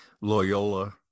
Loyola